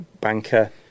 banker